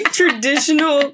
traditional